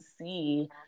see